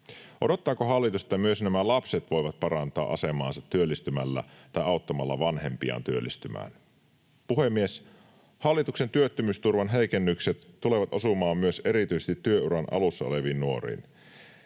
Odottaako hallitus, että myös nämä lapset voivat parantaa asemaansa työllistymällä tai auttamalla vanhempiaan työllistymään? Puhemies! Hallituksen työttömyysturvan heikennykset tulevat osumaan myös erityisesti työuran alussa oleviin nuoriin.